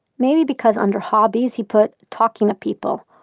maybe because under hobbies he put talking to people,